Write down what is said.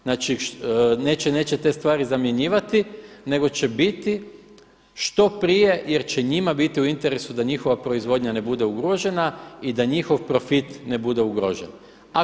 Znači, neće, neće te stvari zamjenjivati, nego će biti što prije jer će njima biti u interesu da njihova proizvodnja ne bude ugrožena i da njihov profit ne bude ugrožen.